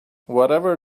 whatever